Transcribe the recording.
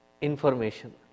information